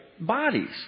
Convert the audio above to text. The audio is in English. bodies